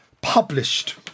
published